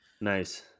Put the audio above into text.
Nice